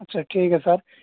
اچھا ٹھیک ہے سر